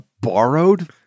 borrowed